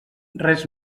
res